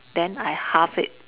then I half it